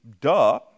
duh